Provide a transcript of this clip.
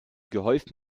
gehäuft